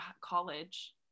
college